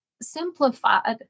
simplified